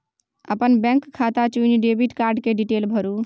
अपन बैंक खाता चुनि डेबिट कार्ड केर डिटेल भरु